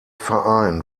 verein